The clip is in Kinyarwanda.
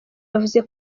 yavuze